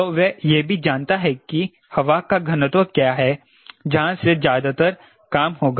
तो वह यह भी जानता है कि हवा का घनत्व क्या है जहां से ज्यादातर काम होगा